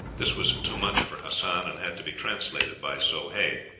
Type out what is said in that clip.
this was too much for hassan, and had to be translated by soh hay.